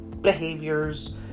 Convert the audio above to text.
behaviors